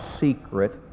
secret